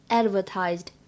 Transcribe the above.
advertised